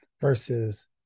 versus